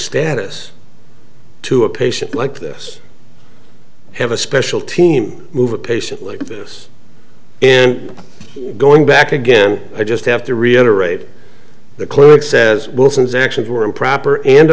status to a patient like this have a special team move a patient like this and going back again i just have to reiterate the clinic says wilson's actions were improper and